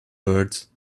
words